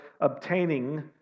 obtaining